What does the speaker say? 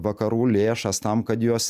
vakarų lėšas tam kad juos